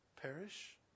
Perish